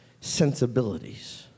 sensibilities